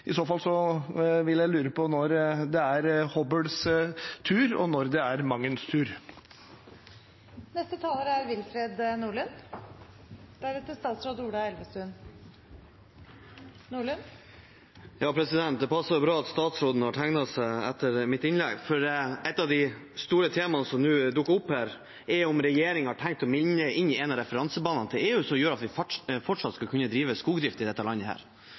I så fall lurer jeg på når det er Hobøls tur, og når det er Mangens tur. Det passer bra at statsråden har tegnet seg etter mitt innlegg, for et av de store temaene som nå dukker opp her, er om regjeringen har tenkt å melde inn en av referansebanene til EU som gjør at vi fortsatt skal kunne drive skogdrift i dette landet.